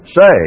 say